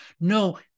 No